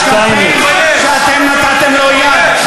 ואתם נתתם לו יד,